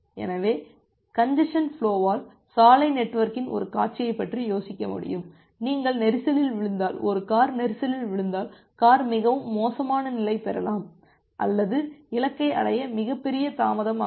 எனவே கஞ்ஜசன் ஃபுலோவால் சாலை நெட்வொர்க்கின் ஒரு காட்சியைப் பற்றி யோசிக்க முடியும் நீங்கள் நெரிசலில் விழுந்தால் ஒரு கார் நெரிசலில் விழுந்தால் கார் மிகவும் மோசமான நிலை பெறலாம் அல்லது இலக்கை அடைய மிகப்பெரிய தாமதம் ஆகும்